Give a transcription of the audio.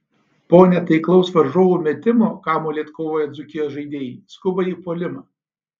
po netaiklaus varžovų metimo kamuolį atkovoję dzūkijos žaidėjai skuba į puolimą